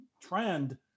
trend